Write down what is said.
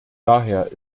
daher